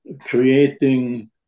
creating